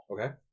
Okay